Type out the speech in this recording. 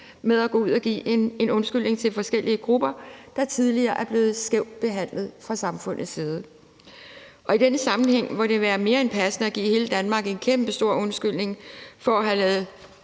at gå ud og give en undskyldning til forskellige grupper, der tidligere er blevet skævt behandlet fra samfundets side. Og i denne sammenhæng må det være mere end passende at give hele Danmark en kæmpestor undskyldning for at have